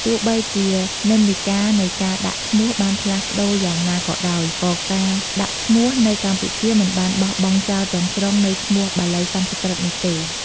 ទោះបីជានិន្នាការនៃការដាក់ឈ្មោះបានផ្លាស់ប្ដូរយ៉ាងណាក៏ដោយ ក៏ការដាក់ឈ្មោះនៅកម្ពុជាមិនបានបោះបង់ចោលទាំងស្រុងនូវឈ្មោះបាលីសំស្ក្រឹតនោះទេ។